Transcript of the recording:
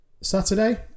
Saturday